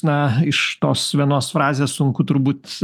na iš tos vienos frazės sunku turbūt